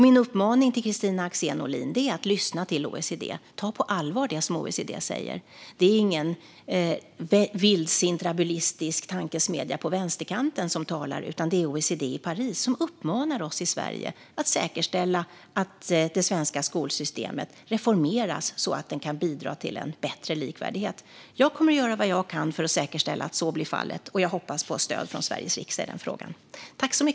Min uppmaning till Kristina Axén Olin är att lyssna till OECD och ta det som de säger på allvar. Det är ingen vildsint rabulistisk tankesmedja på vänsterkanten som talar, utan det är OECD i Paris som uppmanar oss i Sverige att säkerställa att det svenska skolsystemet reformeras så att det kan bidra till en bättre likvärdighet. Jag kommer att göra vad jag kan för att säkerställa att så blir fallet, och jag hoppas få stöd från Sveriges riksdag i denna fråga.